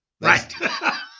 right